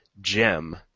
gem